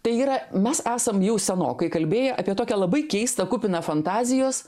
tai yra mes esam jau senokai kalbėję apie tokią labai keistą kupiną fantazijos